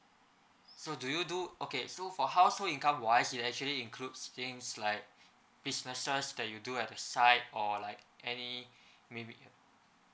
so do you do okay so for household income wise it actually includes things like business that you do have a side or like any maybe